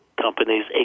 companies